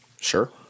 Sure